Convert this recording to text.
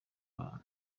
abantu